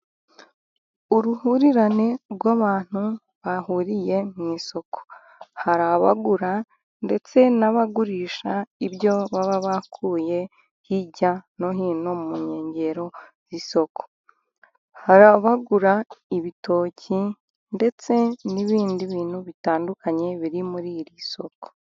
Uruhurirane rw'abantu bahuriye mu isoko, hari abagura ndetse n'abagurisha ibyo baba bakuye hirya no hino, mu nkengero z'isoko. Hari abagura ibitoki, ndetse n'ibindi bintu bitandukanye, biri muri iri soko.